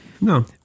No